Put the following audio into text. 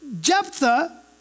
Jephthah